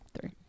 three